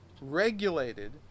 regulated